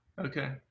okay